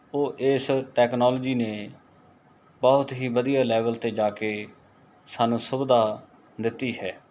ਉਹ ਇਸ ਟੈਕਨੋਲਜੀ ਨੇ ਬਹੁਤ ਹੀ ਵਧੀਆ ਲੈਵਲ 'ਤੇ ਜਾ ਕੇ ਸਾਨੂੰ ਸੁਵਿਧਾ ਦਿੱਤੀ ਹੈ